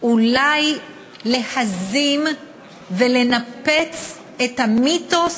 אולי להזים ולנפץ את המיתוס,